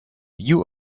you